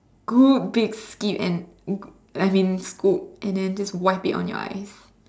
good big spit and I mean scoop and then just wipe it on your eyes